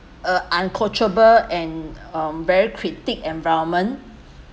uh uncontrollable and um very critique environment